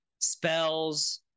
spells